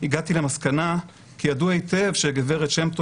"הגעתי למסקנה כי ידעו היטב שגברת שם טוב